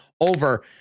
over